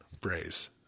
phrase